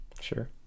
sure